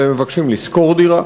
והם מבקשים לשכור דירה,